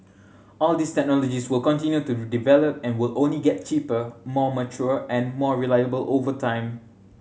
all these technologies will continue to develop and will only get cheaper more mature and more reliable over time